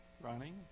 Running